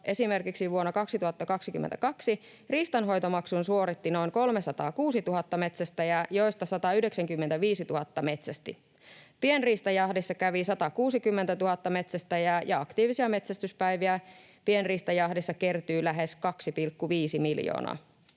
esimerkiksi vuonna 2022 riistanhoitomaksun suoritti noin 306 000 metsästäjää, joista 195 000 metsästi. Pienriistajahdissa kävi 160 000 metsästäjää, ja aktiivisia metsästyspäiviä pienriistajahdissa kertyi lähes 2,5 miljoonaa.